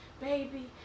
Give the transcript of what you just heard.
baby